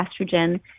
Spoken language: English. estrogen